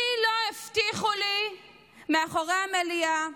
מי לא הבטיחו לי מאחורי המליאה: